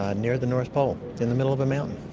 ah near the north pole, in the middle of a mountain.